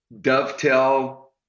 dovetail